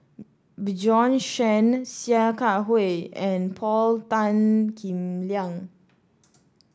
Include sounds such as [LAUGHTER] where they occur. Bjorn Shen Sia Kah Hui and Paul Tan Kim Liang [NOISE]